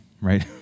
right